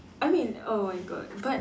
I mean oh my god but